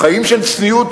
חיים של צניעות,